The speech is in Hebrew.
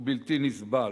הוא בלתי נסבל.